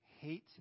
hate